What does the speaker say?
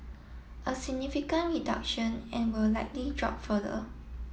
a significant reduction and will likely drop further